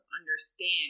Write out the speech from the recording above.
understand